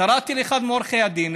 קראתי לאחד מעורכי הדין,